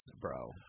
bro